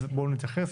אז בואו נתייחס.